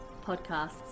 podcasts